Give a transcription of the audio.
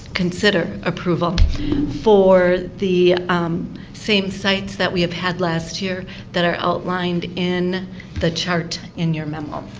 consider approval for the same sites that we have had last year that are outlined in the chart in your memo.